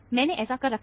मैंने ऐसा कर रखा है